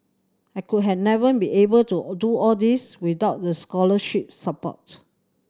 I could have never been able to do all these without the scholarship support